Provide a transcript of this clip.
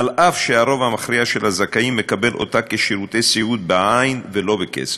אף שהרוב המכריע של הזכאים מקבל אותה כשירותי סיעוד בעין ולא בכסף.